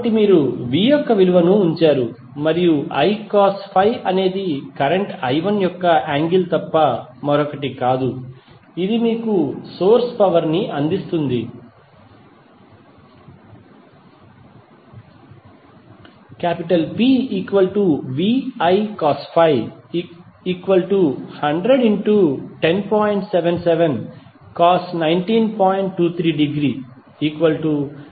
కాబట్టి మీరు V యొక్క విలువను ఉంచారు మరియు I cos φ అనేది కరెంట్ I1 యొక్క యాంగిల్ తప్ప మరొకటి కాదు ఇది మీకు సోర్స్ పవర్ ని అందిస్తుంది P VI cos φ 10